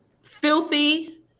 filthy